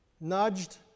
nudged